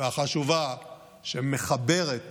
והחשובה שמחברת